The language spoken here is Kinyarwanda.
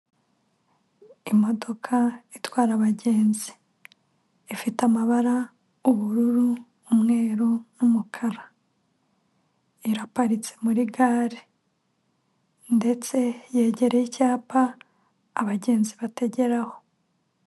Imodoka itwara abagenzi ifite amabara ubururu, umweru n'umukara, iraparitse muri gare ndetse yegereye icyapa abagenzi batageraho.